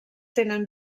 tenen